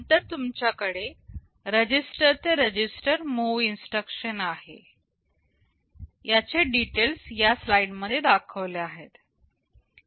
नंतर तुमच्याकडे रजिस्टर ते रजिस्टर मूव्ह इन्स्ट्रक्शन आहे